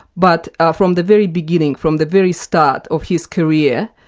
but ah from the very beginning, from the very start of his career,